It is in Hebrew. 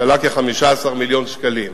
שעלה כ-15 מיליון שקלים,